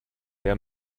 der